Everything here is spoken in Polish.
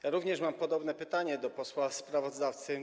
Ja również mam podobne pytanie do posła sprawozdawcy.